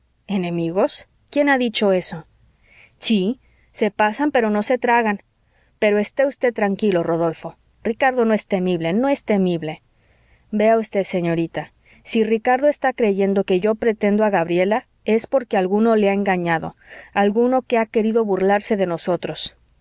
enemigos quién ha dicho eso sí se pasan pero no se tragan pero esté usted tranquilo rodolfo ricardo no es temible no es temible vea usted señorita si ricardo está creyendo que yo pretendo a gabriela es porque alguno le ha engañado alguno que ha querido burlarse de nosotros